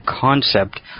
concept